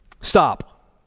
Stop